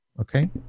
Okay